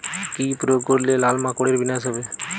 কি প্রয়োগ করলে লাল মাকড়ের বিনাশ হবে?